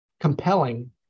compelling